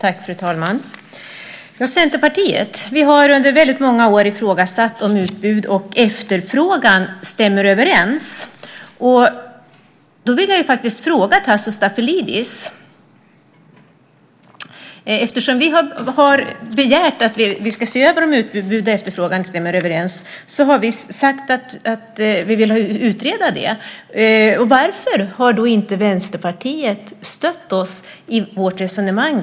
Fru talman! Centerpartiet har under väldigt många år ifrågasatt om utbud och efterfrågan stämmer överens. Då vill jag faktiskt ställa en fråga till Tasso Stafilidis. Vi har begärt att man ska se över om utbud och efterfrågan stämmer överens. Vi har sagt att vi vill utreda det. Varför har då inte Vänsterpartiet stött oss i vårt resonemang?